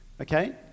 Okay